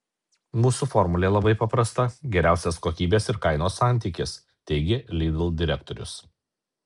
mūsų formulė labai paprasta geriausias kokybės ir kainos santykis teigė lidl direktorius